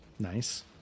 Nice